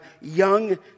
young